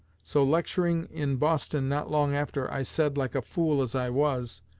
so, lecturing in boston not long after, i said, like a fool as i was,